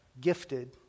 gifted